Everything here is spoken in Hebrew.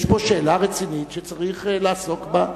יש פה שאלה רצינית שצריך לעסוק בה,